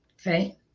okay